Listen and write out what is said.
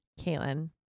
Caitlin